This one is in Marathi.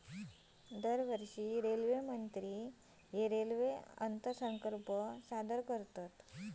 दरवर्षी रेल्वेमंत्री रेल्वे अर्थसंकल्प सादर करतत